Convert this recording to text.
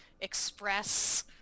express